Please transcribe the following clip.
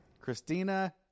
Christina